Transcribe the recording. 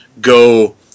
go